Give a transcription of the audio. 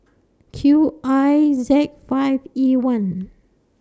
Q I Z five E one